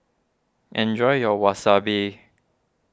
enjoy your Wasabi